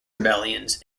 rebellions